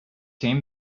came